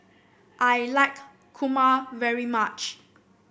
I like kurma very much